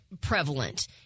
prevalent